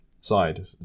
side